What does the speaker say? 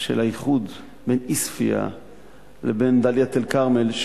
של האיחוד בין עיספיא לבין דאלית-אל-כרמל,